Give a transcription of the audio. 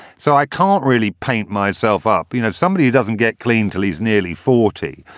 so i can't really paint myself up you know as somebody who doesn't get clean. tilley's nearly forty.